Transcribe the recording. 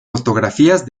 fotografías